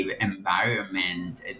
environment